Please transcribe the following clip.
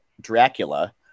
Dracula